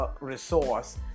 resource